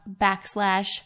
backslash